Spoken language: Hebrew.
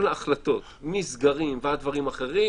כל ההחלטות, מסגרים ועד דברים אחרים